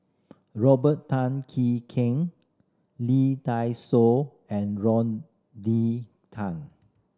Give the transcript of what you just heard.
Robert Tan Jee Keng Lee Dai Soh and Rodney Tan